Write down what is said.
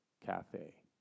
Cafe